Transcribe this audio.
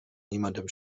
niemandem